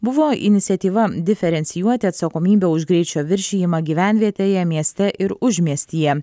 buvo iniciatyva diferencijuoti atsakomybę už greičio viršijimą gyvenvietėje mieste ir užmiestyje